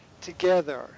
together